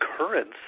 occurrence